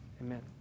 Amen